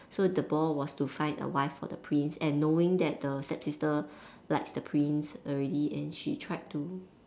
so the ball was to find a wife for the prince and knowing that the stepsister likes the prince already then she tried to